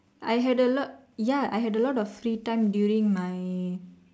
I had a lot ya I had a lot of free time during my